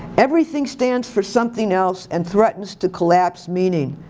everything stands for something else and threatens to collapse meaning.